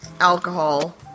alcohol